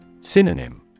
Synonym